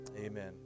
Amen